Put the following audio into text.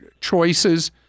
choices